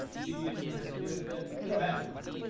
you didn't want to have to deal with that it'll happen